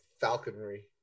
falconry